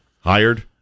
Hired